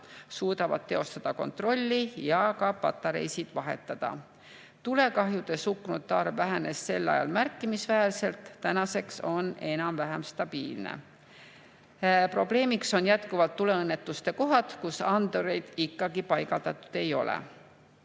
suudavad teostada kontrolli ja ka patareisid vahetada. Tulekahjudes hukkunute arv vähenes sel ajal märkimisväärselt. Praegu on enam-vähem stabiilne. Probleem on jätkuvalt tuleõnnetuste kohad, kus andureid ikkagi paigaldatud ei ole.